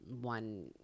one